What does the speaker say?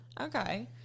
Okay